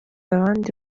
abandi